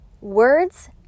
Words